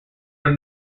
are